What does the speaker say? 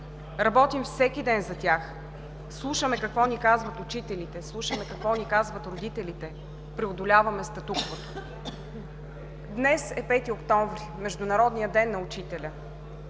Работим всеки ден за тях, слушаме какво ни казват учителите, слушаме какво ни казват родителите, преодоляваме статуквото. Днес е 5 октомври – Международният ден на учителя.